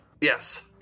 Yes